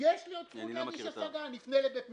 יש לי עוד זכות להגיש השגה, נפנה לבית משפט,